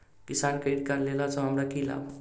किसान credit card लेला सऽ हमरा की लाभ?